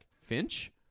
Finch